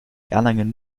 erlangen